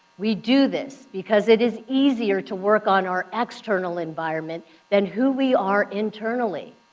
we do this because it is easier to work on our external environment than who we are internally.